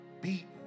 Beaten